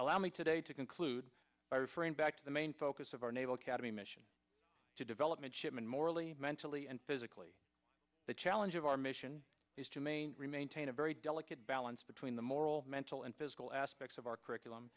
allow me today to conclude by refrain back to the main focus of our naval academy mission to develop midshipman morally mentally and physically the challenge of our mission is to main remain tain a very delicate balance between the moral mental and physical aspects of our curriculum